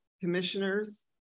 Commissioners